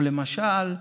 או למשל,